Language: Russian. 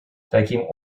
таким